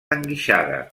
enguixada